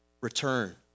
return